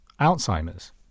Alzheimer's